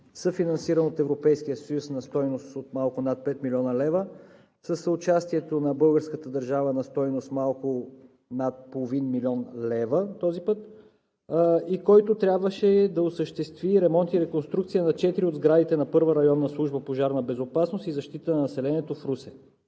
съфинансиран от Европейския съюз и на стойност от малко над 5 млн. лв., както и съучастието на българската държава на стойност малко над половин милион лева, който трябваше да осъществи ремонт и реконструкция на четири от сградите на Първа районна служба „Пожарна безопасност и защита на населението“ в Русе.